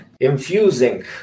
infusing